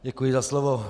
Děkuji za slovo.